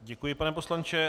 Děkuji, pane poslanče.